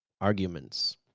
arguments